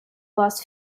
last